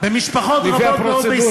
לפי הפרוצדורה.